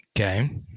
Okay